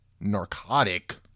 narcotic